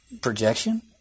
projection